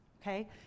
okay